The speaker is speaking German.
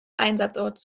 einsatzort